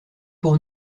pour